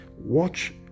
watch